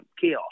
chaos